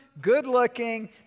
good-looking